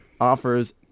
offers